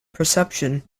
perception